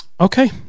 Okay